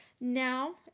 now